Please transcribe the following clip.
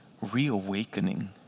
reawakening